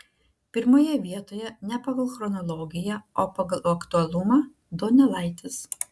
pirmoje vietoje ne pagal chronologiją o pagal aktualumą donelaitis